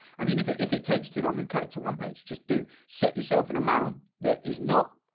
i mean, if it if it takes too long and cut it to one page, just do set yourself an amount that is not